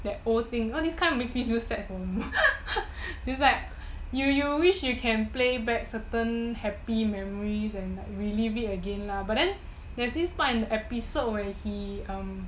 that old thing this kind of makes me sad for a moment it's like you wish you can playback certain happy memories and relive in again lah but there's this part in the episode where he